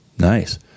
Nice